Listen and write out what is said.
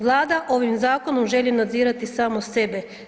Vlada ovim zakonom želi nadzirati samo sebe.